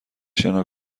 شنا